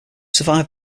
survived